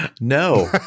No